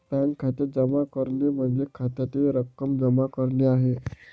bank खात्यात जमा करणे म्हणजे खात्यातील रक्कम जमा करणे आहे